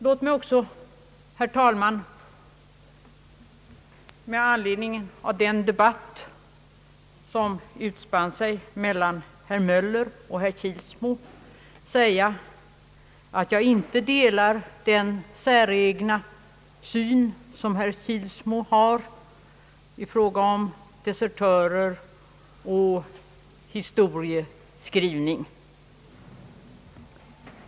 Låt mig också, herr talman, med anledning av den debatt som utspann sig mellan herr Möller och herr Kilsmo säga att jag inte delar den säregna syn som herr Kilsmo har i fråga om desertörer och historieskrivning.